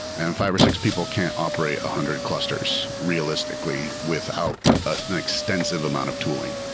and five or six people can't operate a hundred clusters realistically without an extensive amount of tooling.